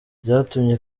byatumye